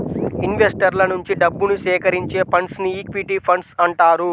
ఇన్వెస్టర్ల నుంచి డబ్బుని సేకరించే ఫండ్స్ను ఈక్విటీ ఫండ్స్ అంటారు